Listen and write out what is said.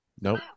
Nope